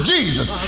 Jesus